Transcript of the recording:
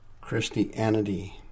christianity